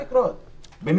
הבית.